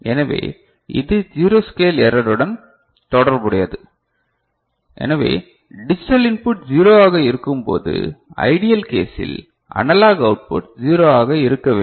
எனவே இது zero scale எரருடன் தொடர்புடையது எனவே டிஜிட்டல் இன்புட் 0 ஆக இருக்கும்போது ஐடியல் கேசில் அனலாக் அவுட்புட் 0 ஆக இருக்க வேண்டும்